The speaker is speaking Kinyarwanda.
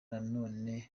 nanone